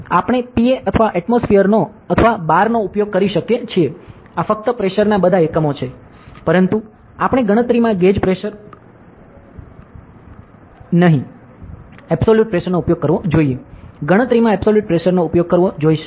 આપણે Pa અથવા એટમોસ્ફિઅરનો અથવા બાર ઉપયોગ કરી શકીએ છીએ આ ફક્ત પ્રેશરના બધા એકમો છે પરંતુ આપણે ગણતરીમાં ગેજ પ્રેશર નહીં એબ્સોલૂટ પ્રેશરનો ઉપયોગ કરવો જોઈએ ગણતરીમાં એબ્સોલૂટ પ્રેશરનો ઉપયોગ કરવો જોઈએ